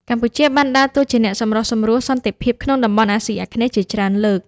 កម្ពុជាបានដើរតួជាអ្នកសម្រុះសម្រួលសន្តិភាពក្នុងតំបន់អាស៊ីអាគ្នេយ៍ជាច្រើនលើក។